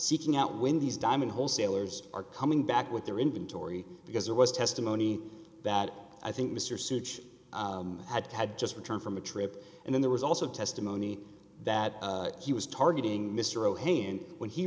seeking out when these diamond wholesalers are coming back with their inventory because there was testimony that i think mr suge had had just returned from a trip and then there was also testimony that he was targeting mr o'hanlon when he